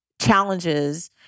challenges